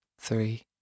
three